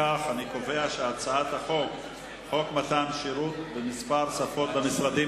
הצעת חוק מתן שירות במספר שפות במשרדים